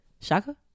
Shaka